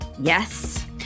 Yes